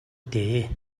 дээ